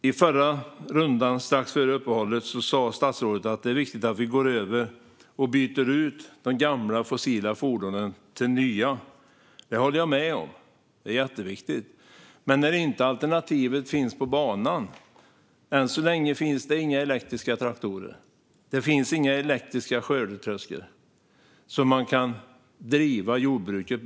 I den förra rundan, strax före uppehållet, sa statsrådet att det är viktigt att vi byter ut de gamla fossila fordonen till nya. Det håller jag med om; det är jätteviktigt. Men alternativet finns inte på banan. Än så länge finns det inga elektriska traktorer, och det finns inga elektriska skördetröskor som kan användas i jordbruket.